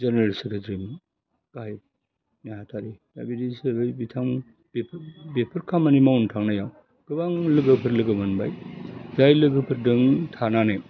general सेक्रेटारिमोन गाहाइ नेहाटारि दा बिदि सोलायबाय बिथां बिफोर बेफोर खामानि मावना थांनायाव गोबां लोगोफोर लोगो मोनबाय जाय लोगोफोरदों थानानै